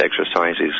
exercises